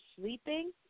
sleeping